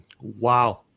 Wow